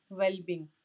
well-being